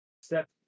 step